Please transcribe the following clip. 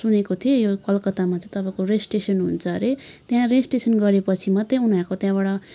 सुनेको थिएँ यो कलकत्तामा चाहिँ तपाईँको रेजिस्ट्रेसन हुन्छ अरे त्यहाँ रेजिस्ट्रेसन गरेपछि मात्रै उनीहरूको त्यहाँबाट